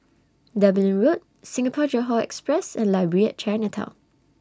Dublin Road Singapore Johore Express and Library At Chinatown